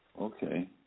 Okay